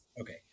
okay